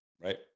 right